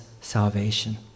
salvation